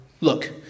Look